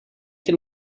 can